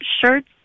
shirts